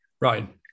Right